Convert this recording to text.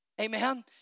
Amen